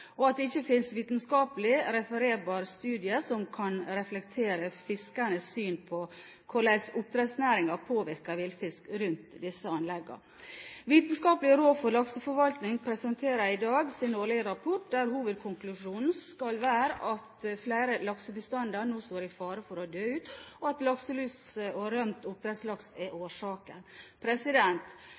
at det ikke finnes vitenskapelige refererbare studier som kan reflektere fiskernes syn på hvordan oppdrettsnæringen påvirker villfisk rundt disse anleggene. Vitenskapelig råd for lakseforvaltning presenterer i dag sin årlige rapport, der hovedkonklusjonen skal være at flere laksebestander nå står i fare for å dø ut, og at lakselus og rømt oppdrettslaks er årsaken.